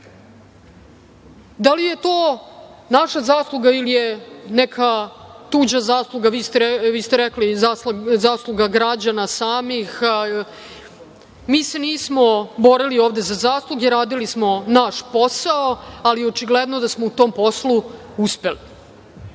li je to naša zasluga ili je neka tuđa zasluga? Vi ste rekli zasluga samih građana. Mn se nismo borili ovde za zasluge, radili smo naš posao, ali očigledno da smo u tom poslu uspeli. Takođe,